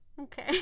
Okay